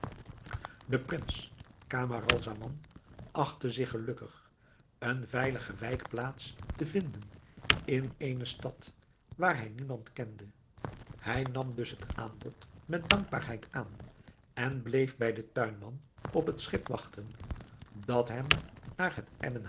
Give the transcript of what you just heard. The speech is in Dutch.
de prins camaralzaman achtte zich gelukkig eene veilige wijkplaats te vinden in eene stad waar hij niemand kende hij nam dus het aanbod met dankbaarheid aan en bleef bij den tuinman op het schip wachten dat hem naar het